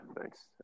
thanks